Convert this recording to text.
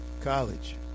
College